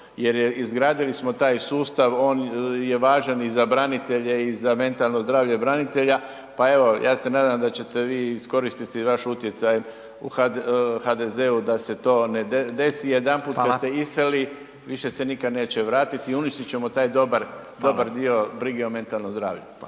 Jer izgradili smo taj sustav, on je važan i za branitelje i za mentalno zdravlje branitelja, pa evo ja se nadam da ćete vi iskoristiti vaš utjecaj u HDZ-u da se to ne desi …/Upadica: Hvala./… jedanput kad se iseli više se nikad neće vratiti i uništit ćemo taj dobar, dobar dio brige o mentalnom zdravlju.